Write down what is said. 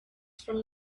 from